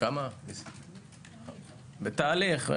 בתהליך.